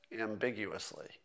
ambiguously